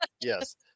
Yes